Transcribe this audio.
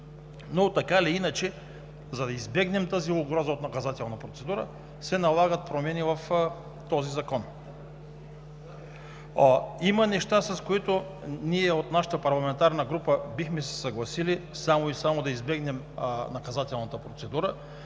този Законопроект. За да избегнем угрозата от наказателна процедура, се налагат промени в този закон. Има неща, с които ние от нашата парламентарната група бихме се съгласили, за да избегнем наказателната процедура.